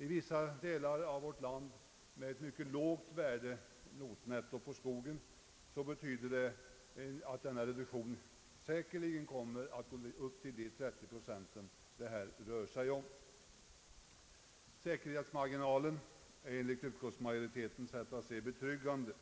I vissa delar av vårt land där rotnettovärdena är mycket låga betyder det att reduktionen säkerligen kommer att gå upp till de 30 procenten. Säkerhetsmarginalen är enligt utskottsmajoritetens sätt att se betryggande